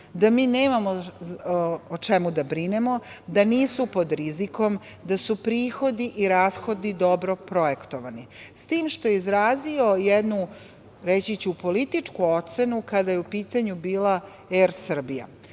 da mi nemamo o čemu da brinemo, da nisu pod rizikom, da su prihodi i rashodi dobro projektovani, s tim što je izrazio jednu političku ocenu kada je u pitanju bila „Er Srbija“.